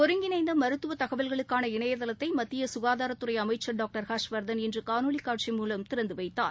ஒருங்கிணைந்த மருத்துவ தகவல்களுக்கான இணையதளத்தை மத்திய குகாதாரத்துறை அமைச்சர் டாக்டர் ஹர்ஷ்வர்தன் இன்று காணொலி மூலம் திறந்து வைத்தார்